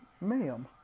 ma'am